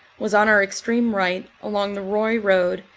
was on our extreme right, along the roye road,